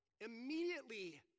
immediately